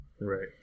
right